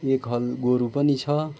एक हल गोरु पनि छ